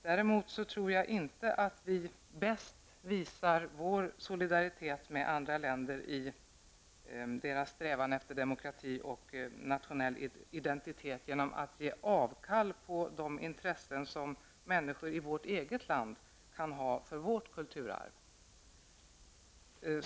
Däremot tror jag inte att vi bäst visar vår solidaritet med andra länder i deras strävan efter demokrati och nationell identitet genom att ge avkall på de intressen som människor i vårt eget land kan ha för vårt kulturarv.